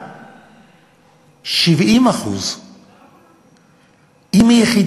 70%. אם היא יחידה,